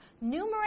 numerous